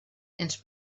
ens